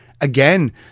again